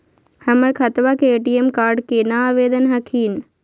हमर खतवा के ए.टी.एम कार्ड केना आवेदन हखिन?